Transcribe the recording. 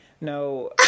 No